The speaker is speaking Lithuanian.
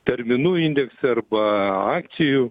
terminų indeksai arba akcijų